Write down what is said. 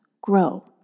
grow